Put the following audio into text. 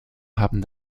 haben